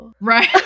Right